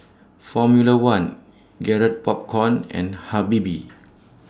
Formula one Garrett Popcorn and Habibie